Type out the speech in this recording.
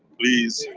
please,